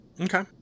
Okay